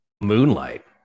Moonlight